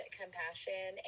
compassion